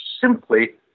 simply